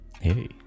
Hey